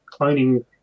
cloning